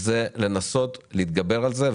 מה שאנחנו עושים עכשיו הוא לנסות להתגבר על זה.